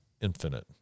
infinite